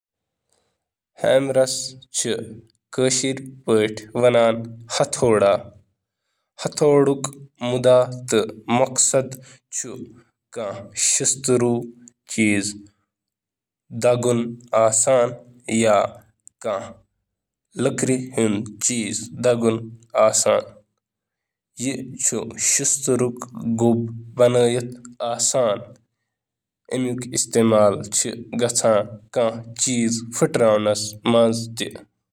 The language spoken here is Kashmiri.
ہیمرس چھیٚہ کٲشِر پھٔٹۍ وَنان ہتھودا یوس کا چیٖز پھیٹرانیس منٛز استعمال یوان کرٕنہٕ